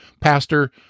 Pastor